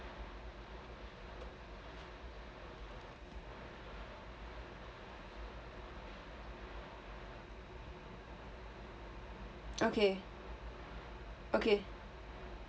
okay okay